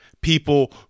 people